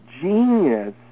genius